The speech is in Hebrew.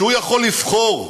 שהוא יכול לבחור.